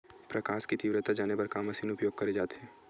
प्रकाश कि तीव्रता जाने बर का मशीन उपयोग करे जाथे?